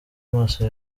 maso